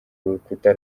rukuta